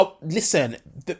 listen